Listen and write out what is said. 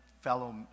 fellow